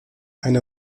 eine